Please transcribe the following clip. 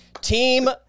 team